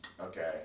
Okay